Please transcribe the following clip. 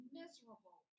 miserable